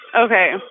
Okay